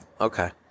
Okay